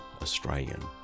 Australian